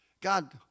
God